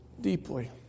deeply